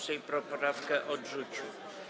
Sejm poprawkę odrzucił.